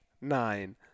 nine